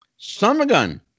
Summergun